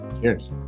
cheers